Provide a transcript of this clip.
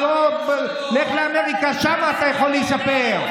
לך לאמריקה, שם אתה יכול להיספר.